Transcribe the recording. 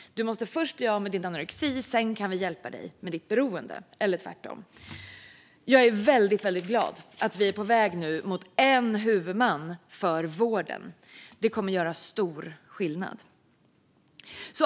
Man måste först bli av med sin anorexi, och sedan kan man få hjälp med sitt beroende - eller tvärtom. Jag är väldigt glad att vi nu är på väg mot en huvudman för vården. Det kommer att göra stor skillnad.